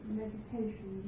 meditation